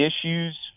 issues